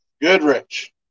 Goodrich